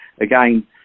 again